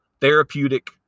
therapeutic